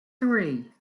three